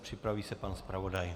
Připraví se pan zpravodaj.